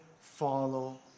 follow